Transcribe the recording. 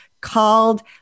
called